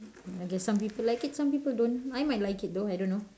okay some people like it some people don't I might like it though I don't know